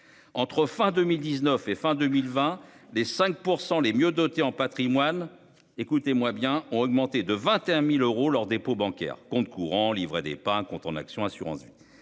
entre fin 2019 et fin 2020, les 5% les mieux dotés en Patrimoine. Écoutez-moi bien, ont augmenté de 21.000 euros leurs dépôts bancaires compte courant livrer des pas un compte en actions assurance-vie